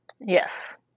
Yes